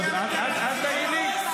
אל תעיר לי,